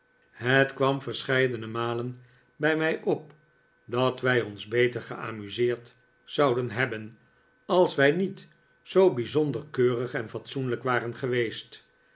het kwam verscheidene malen bij mij op dat wij ons beter geamuseerd zouden hebben als wij niet zoo bijzonder keurig en fatsoenlijk waren geweest